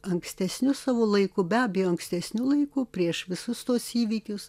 ankstesniu savo laiku be abejo ankstesniu laiku prieš visus tuos įvykius